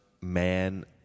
man